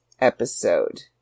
episode